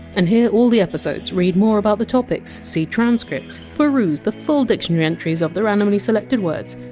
and hear all the episodes, read more about the topics, see transcripts, peruse the full dictionary entries of the randomly selected words,